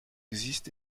existe